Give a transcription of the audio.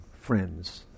friends